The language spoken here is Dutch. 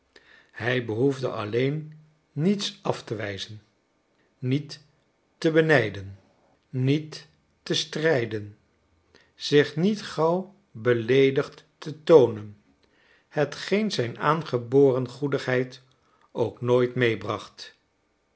hij behoefde alleen niets af te wijzen niet te benijden niet te strijden zich niet gauw beleedigd te toonen hetgeen zijn aangeboren goedigheid ook nooit meebracht